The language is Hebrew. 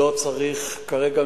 לא צריך כרגע,